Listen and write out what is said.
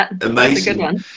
amazing